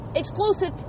exclusive